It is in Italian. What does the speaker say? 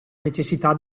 necessità